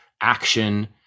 action